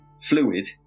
fluid